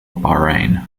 bahrain